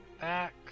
back